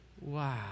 Wow